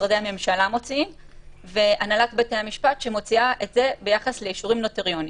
המשפט שמוציאה את זה ביחס לאישורים נוטריונים.